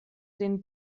den